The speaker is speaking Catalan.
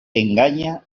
enganya